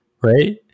right